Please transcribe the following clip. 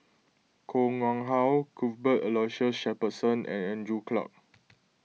Koh Nguang How Cuthbert Aloysius Shepherdson and Andrew Clarke